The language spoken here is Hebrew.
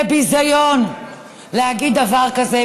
זה ביזיון להגיד דבר כזה.